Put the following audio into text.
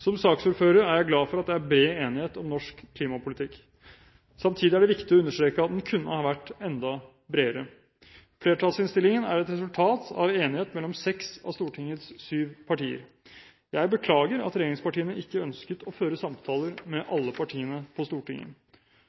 Som saksordfører er jeg glad for at det er bred enighet om norsk klimapolitikk. Samtidig er det viktig å understreke at den kunne ha vært enda bredere. Flertallsinnstillingen er et resultat av enighet mellom seks av Stortingets syv partier. Jeg beklager at regjeringspartiene ikke ønsket å føre samtaler med alle partiene på Stortinget.